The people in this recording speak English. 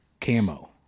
camo